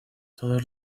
todos